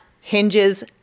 hinges